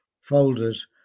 folders